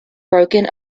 broken